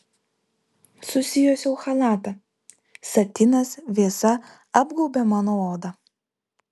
susijuosiau chalatą satinas vėsa apgaubė mano odą